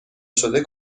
شده